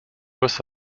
was